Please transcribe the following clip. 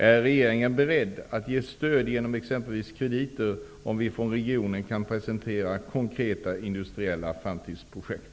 Är regeringen beredd att ge stöd genom exempelvis krediter, om vi från regionen kan presentera konkreta industriella framtidsprojekt?